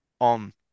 on